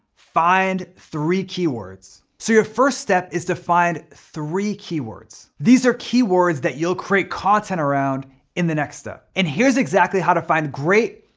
find three keywords. so your first step is to find three keywords. they are keywords that you'll create content around in the next step. and here's exactly how to find great,